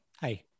Hi